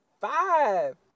Five